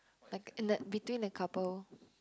like in the between the couple